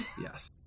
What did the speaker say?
Yes